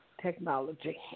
technology